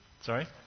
Sorry